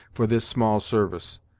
for this small service.